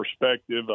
perspective